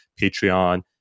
Patreon